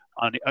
on